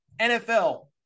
NFL